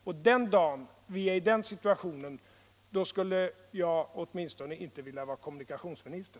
Och i den situationen skulle jag åtminstone inte vilja vara kommunikationsminister.